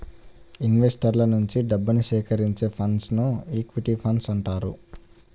ఇన్వెస్టర్ల నుంచి డబ్బుని సేకరించే ఫండ్స్ను ఈక్విటీ ఫండ్స్ అంటారు